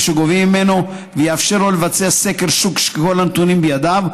שגובים ממנו ויאפשר לו לבצע סקר שוק כשכל הנתונים בידיו,